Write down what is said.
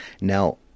Now